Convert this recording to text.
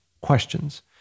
questions